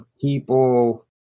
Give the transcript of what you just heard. people